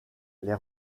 les